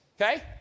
okay